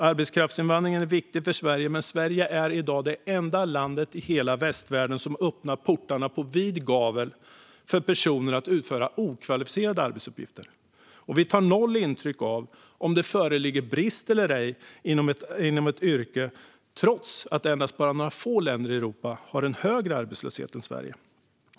Arbetskraftsinvandringen är viktig för Sverige, men Sverige är i dag det enda land i hela västvärlden som öppnar portarna på vid gavel för personer att utföra okvalificerade arbetsuppgifter. Vi tar noll intryck av om det föreligger brist eller ej inom ett yrke, trots att bara några få länder i Europa har en högre arbetslöshet än Sverige.